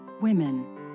women